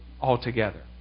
altogether